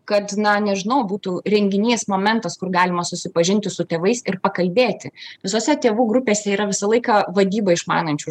kad na nežinau būtų renginys momentas kur galima susipažinti su tėvais ir pakalbėti visose tėvų grupėse yra visą laiką vadybą išmanančių